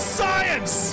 science